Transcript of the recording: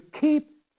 keep